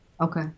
Okay